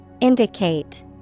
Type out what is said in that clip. Indicate